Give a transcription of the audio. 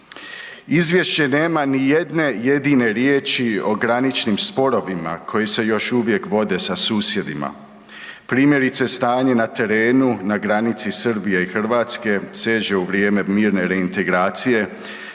Izvješće nema ni jedne jedine riječi o graničnim sporovima koji se još uvijek vode sa susjedima. Primjerice, stanje na terenu na granici Srbije i Hrvatske seže u vrijeme mirne reintegracije